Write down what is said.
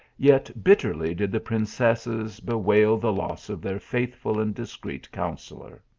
yet bitterly did the princesses bewail the loss of their faithful and discreet counsellor.